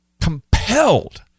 compelled